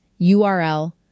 URL